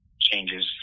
changes